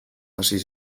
hasi